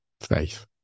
Faith